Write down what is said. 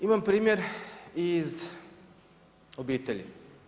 Imam primjer iz obitelji.